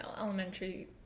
elementary